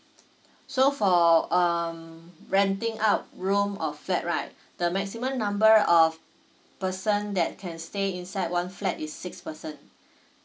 so for um renting out room or flat right the maximum number of person that can stay inside one flat is six person